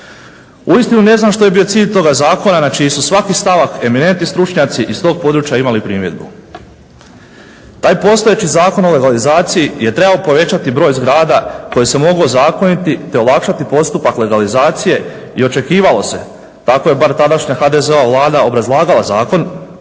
Uistinu ne znam što je bio cilj toga zakona na čiji su svaki stavak eminentni stručnjaci iz tog područja imali primjedbu. Taj postojeći Zakon o legalizaciji je trebao povećati broj zgrada koje se mogu ozakoniti te olakšati postupak legalizacije i očekivalo se, tako je bar tadašnja HDZ-ova Vlada obrazlagala zakon,